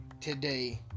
today